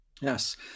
Yes